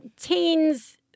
teens